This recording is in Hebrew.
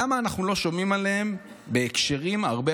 למה אנחנו לא שומעים עליה בהקשרים הרבה